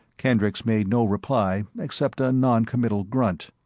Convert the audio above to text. kendricks made no reply except a non-committal grunt.